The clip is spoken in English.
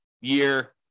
year